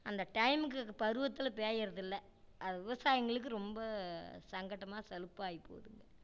அந்த டைமுக்கு பருவத்தில் பெய்கிறது இல்லை அது விவசாயிங்களுக்கு ரொம்ப சங்கடமா சலுப்பாகி போகுதுங்க